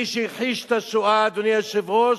מי שהכחיש את השואה, אדוני היושב-ראש,